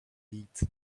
beat